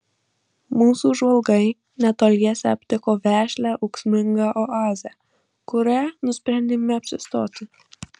mūsų žvalgai netoliese aptiko vešlią ūksmingą oazę kurioje nusprendėme apsistoti